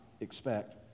expect